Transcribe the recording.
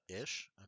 Ish